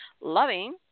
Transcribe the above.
loving